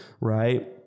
right